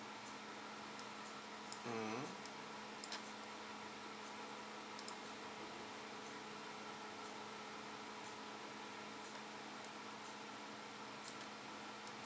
mmhmm